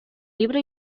libro